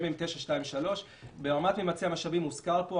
עם 923. ממצי המשאבים זה הוזכר פה.